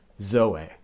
Zoe